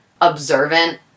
observant